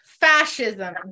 Fascism